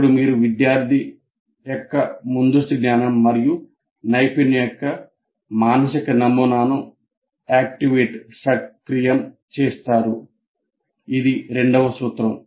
అప్పుడు మీరు విద్యార్థి యొక్క ముందస్తు జ్ఞానం మరియు నైపుణ్యం యొక్క మానసిక నమూనాను సక్రియం చేస్తారు ఇది రెండవ సూత్రం